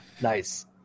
Nice